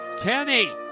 Kenny